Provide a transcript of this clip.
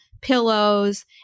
pillows